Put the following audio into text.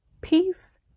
peace